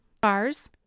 Bars